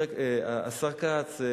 השר כץ,